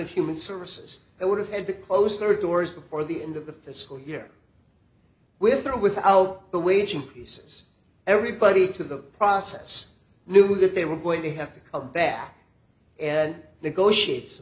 n human services it would have had to close their doors before the end of the fiscal year with or without the wage increases everybody to the process knew that they were going to have to come back and negotiate